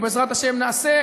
ובעזרת השם נעשה,